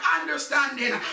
understanding